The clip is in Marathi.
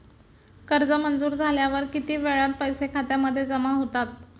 कर्ज मंजूर झाल्यावर किती वेळात पैसे खात्यामध्ये जमा होतात?